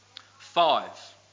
Five